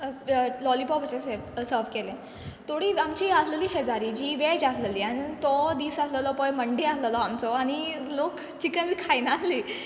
lollipop अशें सेप सर्व केलें थोडीं आमचीं आल्हलीं शेजारी जीं वॅज आल्हलीं आन तो दीस आल्हलो पय मंडे आल्हलो आमचो आनी लोक चिकन बी खाय नाल्हीं